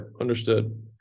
understood